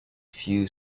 few